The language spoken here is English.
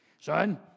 Son